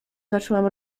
zacząłem